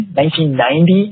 1990